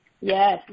Yes